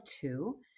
two